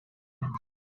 you